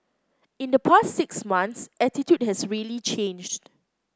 in the past six months attitude has really changed